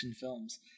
films